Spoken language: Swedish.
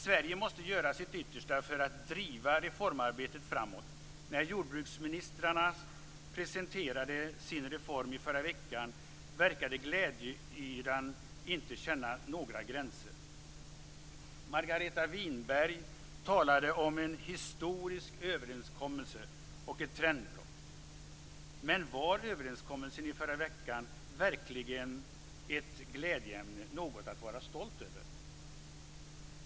Sverige måste göra sitt yttersta för att driva reformarbetet framåt. När jordbruksministrarna presenterade sin reform i förra veckan verkade glädjeyran inte känna några gränser. Margareta Winberg talade om en historisk överenskommelse och ett trendbrott. Men var överenskommelsen i förra veckan verkligen ett glädjeämne och något att vara stolt över?